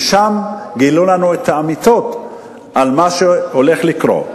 ושם גילו לנו את האמיתות על מה שהולך לקרות.